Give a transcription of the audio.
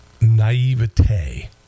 naivete